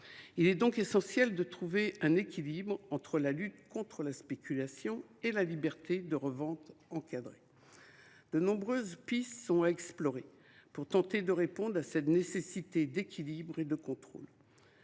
Il est donc essentiel de trouver un équilibre entre la lutte contre la spéculation et la liberté de revente encadrée. De nombreuses pistes sont à explorer pour tenter de répondre à cette nécessité d’équilibre et de contrôle.